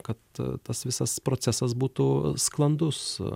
kad tas visas procesas būtų sklandus